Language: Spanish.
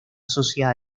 asocia